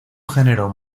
generó